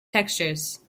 textures